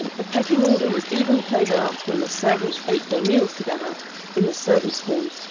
the pecking order was even played out when the servants ate their meals together in the servants' hall.